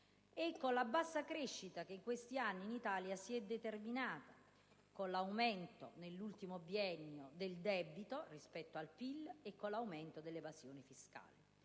con la bassa crescita che in questi anni in Italia si è determinata, con l'aumento nell'ultimo biennio del debito rispetto al PIL e dell'evasione fiscale.